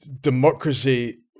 democracy